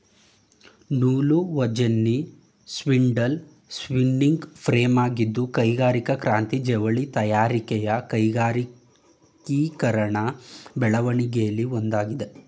ನೂಲುವಜೆನ್ನಿ spindle spinning ಫ್ರೇಮಾಗಿದ್ದು ಕೈಗಾರಿಕಾ ಕ್ರಾಂತಿ ಜವಳಿ ತಯಾರಿಕೆಯ ಕೈಗಾರಿಕೀಕರಣ ಬೆಳವಣಿಗೆಲಿ ಒಂದಾಗಿದೆ